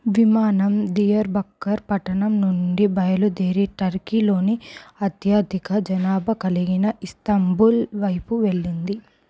విమానం దియర్బక్కర్ పట్టణం నుండి బయలుదేరి టర్కీలోని అత్యధిక జనాభా కలిగిన ఇస్తాంబుల్ వైపు వెళ్ళింది